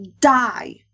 die